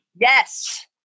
Yes